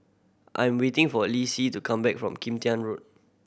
I'm waiting for Leslee to come back from Kim Tian Road